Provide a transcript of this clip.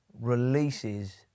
releases